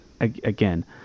again